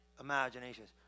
imaginations